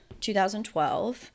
2012